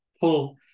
pull